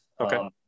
Okay